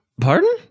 pardon